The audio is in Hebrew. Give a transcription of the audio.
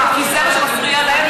כי זה מה שמפריע להם,